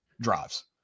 drives